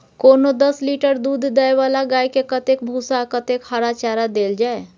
कोनो दस लीटर दूध दै वाला गाय के कतेक भूसा आ कतेक हरा चारा देल जाय?